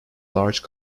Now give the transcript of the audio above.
large